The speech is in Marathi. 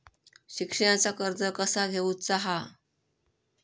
शिक्षणाचा कर्ज कसा घेऊचा हा?